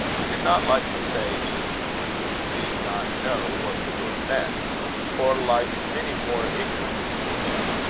he did not like to say he did not know what the word meant for, like many more ignorant men,